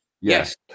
Yes